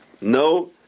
No